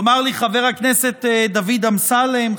יאמר לי חבר הכנסת דוד אמסלם,